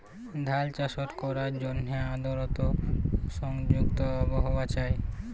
ধাল চাষট ক্যরার জ্যনহে আদরতা সংযুক্ত আবহাওয়া চাই